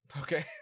Okay